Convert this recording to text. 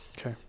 Okay